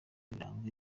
biranga